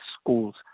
schools